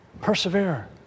Persevere